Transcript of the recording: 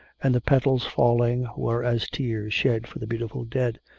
and the petals falling were as tears shed for the beautiful dead,